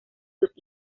sus